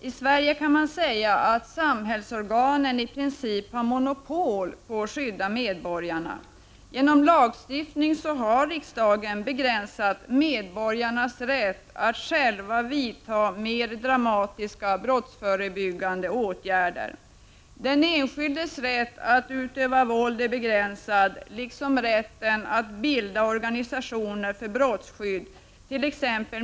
Herr talman! Man kan säga att samhällsorganen i Sverige i princip har monopol på att skydda medborgarna. Genom lagstiftning har riksdagen begränsat medborgarnas rätt att själva vidta mer drastiska brottsförebyggande åtgärder. Den enskildes rätt att utöva våld är begränsad, liksom rätten att bilda organisationer för skydd mot brott.